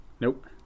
Nope